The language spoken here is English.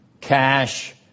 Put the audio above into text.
cash